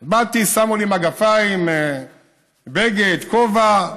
באתי, שמו לי מגפיים, בגד, כובע,